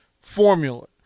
formula